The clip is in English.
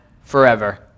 forever